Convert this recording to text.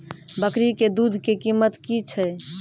बकरी के दूध के कीमत की छै?